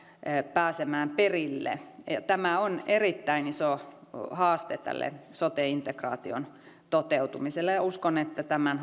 pääsemään perille tämä on erittäin iso haaste tälle sote integraation toteutumiselle ja uskon että tämän